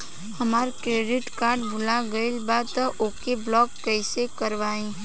हमार credit card भुला गएल बा त ओके ब्लॉक कइसे करवाई?